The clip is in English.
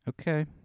Okay